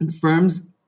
firms